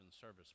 Service